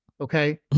okay